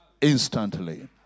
instantly